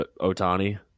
Otani